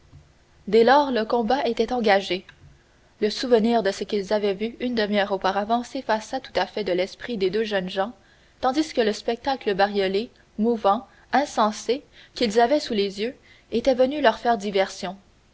dès lors le combat était engagé le souvenir de ce qu'ils avaient vu une demi-heure auparavant s'effaça tout à fait de l'esprit des deux jeunes gens tant le spectacle bariolé mouvant insensé qu'ils avaient sous les yeux était venu leur faire diversion